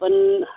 पण